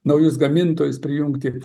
naujus gamintojus prijungti